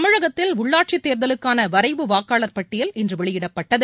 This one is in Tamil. தமிழகத்தில் உள்ளாட்சித்தேர்தலுக்கான வரைவு வாக்காளர் பட்டியல் இன்று வெளியிடப்பட்டது